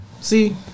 See